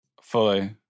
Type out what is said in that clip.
Fully